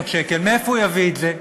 מאיפה הוא יביא את זה?